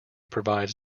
provides